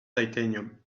titanium